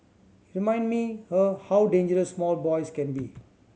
remind me her how dangerous small boys can be